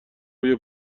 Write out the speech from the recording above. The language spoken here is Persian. روی